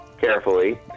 carefully